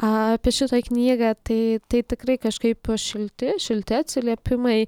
apie šitą knygą tai tai tikrai kažkaip šilti šilti atsiliepimai